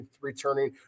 returning